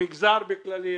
המגזר בכללי,